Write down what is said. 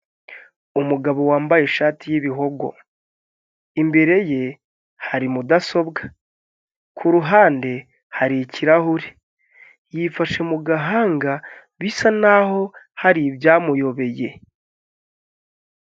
Umugabo wambaye ishati y'ibihogo, imbere ye hari mudasobwa, ku ruhande hari ikirahure. Yifashe mu gahanga bisa n'aho hari ibyamuyobeye.